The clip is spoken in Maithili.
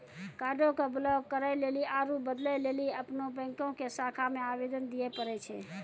कार्डो के ब्लाक करे लेली आरु बदलै लेली अपनो बैंको के शाखा मे आवेदन दिये पड़ै छै